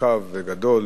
מורכב וגדול